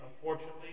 Unfortunately